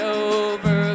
over